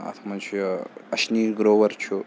اَتھ منٛز چھُ اَشنی گرووَر چھُ